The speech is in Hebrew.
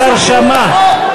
השר שמע.